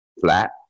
flat